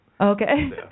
Okay